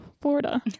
Florida